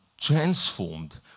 transformed